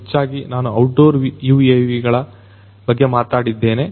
ಹೆಚ್ಚಾಗಿ ನಾನು outdoor UAVಗಳ ಬಗ್ಗೆ ಮಾತಾಡಿದ್ದೇನೆ